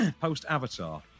post-Avatar